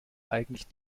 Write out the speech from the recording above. eigentlich